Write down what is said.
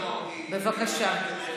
בבקשה.